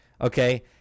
okay